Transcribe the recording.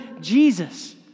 Jesus